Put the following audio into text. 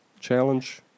challenge